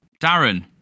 Darren